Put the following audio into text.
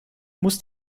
muss